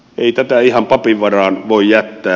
ei tätä ihan papin varaan voi jättää